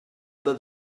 pas